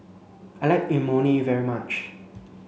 I like Imoni very much